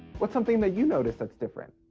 what's something that you noticed that's different.